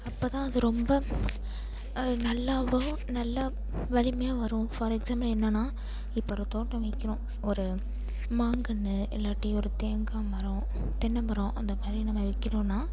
அப்போ தான் அது ரொம்ப நல்லா வரும் நல்லா வலிமையாக வரும் ஃபார் எக்ஸாம்பிள் என்னன்னா இப்போ ஒரு தோட்டம் வைக்கிறோம் ஒரு மாங்கன்னு இல்லாட்டி ஒரு தேங்காய் மரம் தென்னை மரம் அந்தமாதிரி நம்ம வைக்கிணுன்னா